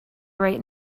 right